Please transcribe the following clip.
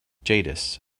jadis